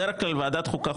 בדרך כלל ועדת חוקה,